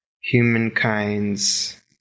humankind's